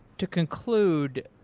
to conclude,